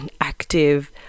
active